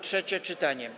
Trzecie czytanie.